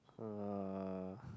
uh